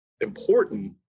important